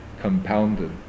compounded